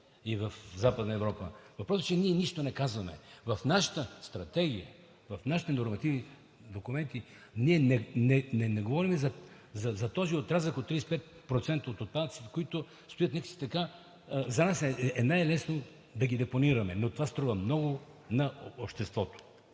и в Западна Европа. Въпросът е, че ние нищо не казваме. В нашата стратегия, в нашите нормативни документи ние не говорим за този отрязък от 35% от отпадъците, които стоят така. За нас е най-лесно да ги депонираме, но това струва много на обществото.